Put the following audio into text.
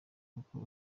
kuko